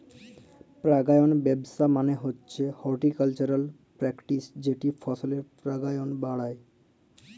পারাগায়ল ব্যাবস্থা মালে হছে হরটিকালচারাল প্যারেকটিস যেট ফসলের পারাগায়ল বাড়ায়